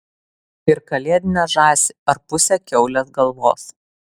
ir kalėdinę žąsį ar pusę kiaulės galvos